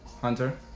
Hunter